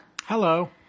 Hello